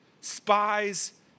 spies